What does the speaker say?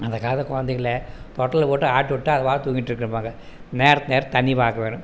அந்த காலத் குழந்தைகள தொட்டிலில் போட்டு ஆட்டிவிட்டா அதுவாக தூங்கிட்டு இருக்கும்ன்னும்பாங்க நேர நேரம் தண்ணி வார்க்க வேணும்